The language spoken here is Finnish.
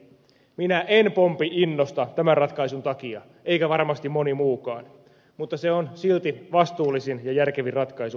minä en pompi innosta tämän ratkaisun takia eikä varmasti moni muukaan mutta se on silti vastuullisin ja järkevin ratkaisu tässä tilanteessa